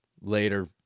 Later